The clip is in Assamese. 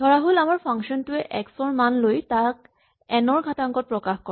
ধৰাহ'ল আমাৰ ফাংচন টোৱে এক্স ৰ মান লৈ তাক এন ৰ ঘাটাংকত প্ৰকাশ কৰে